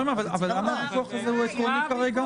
חברים, למה הוויכוח הזה עקרוני כרגע?